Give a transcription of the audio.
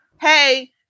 hey